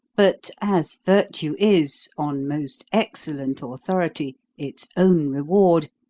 but, as virtue is, on most excellent authority, its own reward,